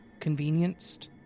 convenienced